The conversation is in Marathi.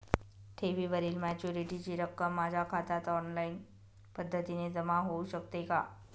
ठेवीवरील मॅच्युरिटीची रक्कम माझ्या खात्यात ऑनलाईन पद्धतीने जमा होऊ शकते का?